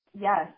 Yes